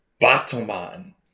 Batman